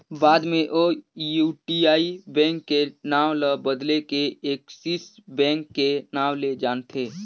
बाद मे ओ यूटीआई बेंक के नांव ल बदेल के एक्सिस बेंक के नांव ले जानथें